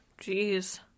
Jeez